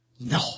No